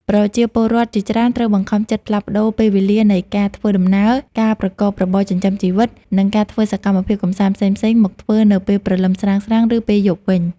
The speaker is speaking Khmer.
ប្រជាពលរដ្ឋជាច្រើនត្រូវបង្ខំចិត្តផ្លាស់ប្តូរពេលវេលានៃការធ្វើដំណើរ ការប្រកបរបរចិញ្ចឹមជីវិត និងការធ្វើសកម្មភាពកម្សាន្តផ្សេងៗមកធ្វើនៅពេលព្រលឹមស្រាងៗ ឬពេលយប់វិញ។